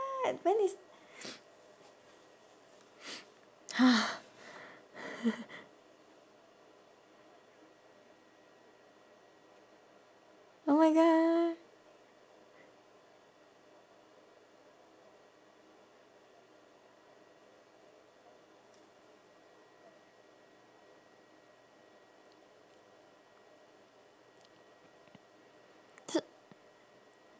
when is oh my god